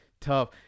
tough